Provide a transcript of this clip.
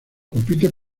compite